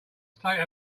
state